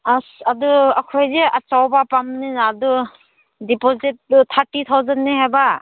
ꯑꯁ ꯑꯗꯨ ꯑꯩꯈꯣꯏꯗꯤ ꯑꯆꯧꯕ ꯄꯥꯝꯕꯅꯤꯅ ꯑꯗꯨ ꯗꯤꯄꯣꯖꯤꯠꯇꯨ ꯊꯥꯔꯇꯤ ꯊꯥꯎꯖꯟꯅꯤ ꯍꯥꯏꯕ